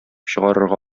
чыгарырга